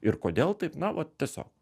ir kodėl taip na vat tiesiog